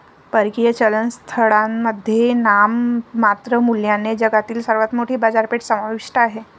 परकीय चलन स्थळांमध्ये नाममात्र मूल्याने जगातील सर्वात मोठी बाजारपेठ समाविष्ट आहे